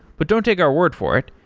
but don't take our word for it,